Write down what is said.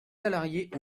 salariés